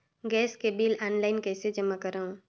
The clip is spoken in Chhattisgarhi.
गैस के बिल ऑनलाइन कइसे जमा करव?